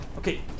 Okay